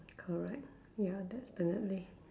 correct ya definitely